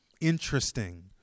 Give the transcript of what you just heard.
interesting